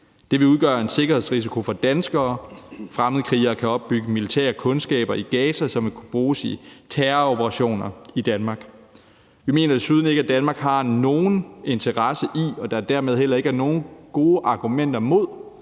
Det vil udgøre en sikkerhedsrisiko for danskere, for fremmedkrigere kan opbygge militære kundskaber i Gaza, som vil kunne bruges i terroroperationer i Danmark. Vi mener desuden ikke, at Danmark har nogen interesse i – og at der er dermed heller ikke er nogen gode argumenter imod